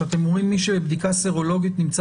שאתם אומרים: מי שבבדיקה סרולוגית נמצא